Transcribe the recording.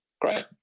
great